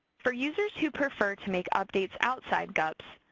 for users who prefer to make updates outside gups,